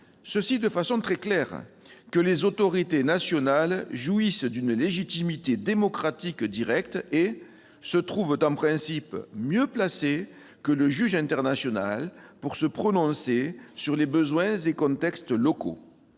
de façon très claire :« Les autorités nationales jouissent d'une légitimité démocratique directe et [...] se trouvent en principe mieux placées que le juge international pour se prononcer sur les besoins et contextes locaux.